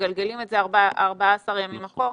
מגלגלים את זה 14 ימים אחורה.